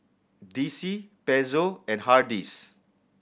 D C Pezzo and Hardy's